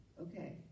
okay